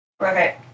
Okay